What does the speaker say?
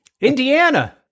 Indiana